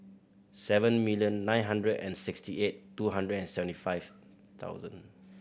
seven million nine hundred and sixty eight two hundred and seventy five thousand